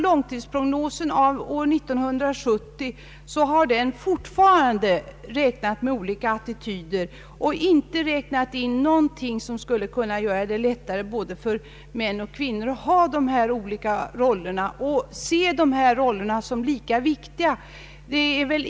Långtidsprognosen av år 1970 har räknat med olika attityder, och där räknas inte in någonting som skulle kunna göra det lättare för både män och kvinnor att ha de olika rollerna och se dessa roller som lika viktiga.